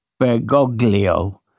Bergoglio